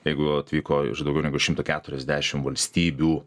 jeigu atvyko iš daugiau negu šimto keturiasdešimt valstybių